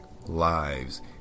lives